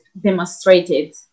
demonstrated